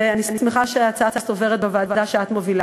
ואני שמחה שההצעה הזאת עוברת בוועדה שאת מובילה.